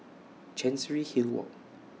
Chancery Hill Walk